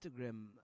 Instagram